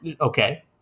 Okay